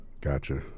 Gotcha